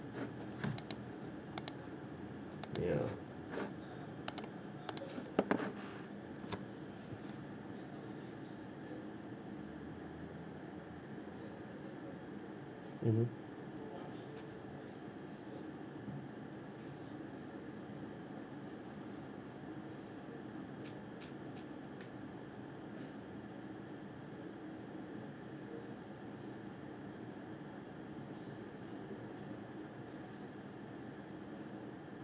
ya mmhmm